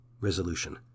Resolution